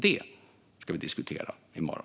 Detta ska vi diskutera i morgon.